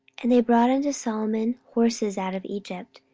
and they brought unto solomon horses out of egypt,